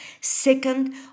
Second